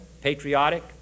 patriotic